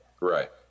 right